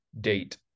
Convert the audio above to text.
date